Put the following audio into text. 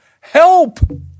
Help